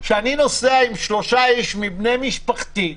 כשאני נוסע עם שלושה איש מבני משפחתי,